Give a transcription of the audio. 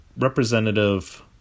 Representative